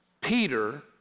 Peter